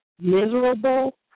miserable